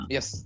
Yes